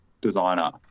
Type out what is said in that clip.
designer